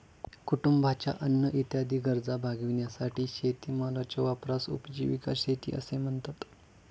कुटुंबाच्या अन्न इत्यादी गरजा भागविण्यासाठी शेतीमालाच्या वापरास उपजीविका शेती असे म्हणतात